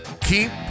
keep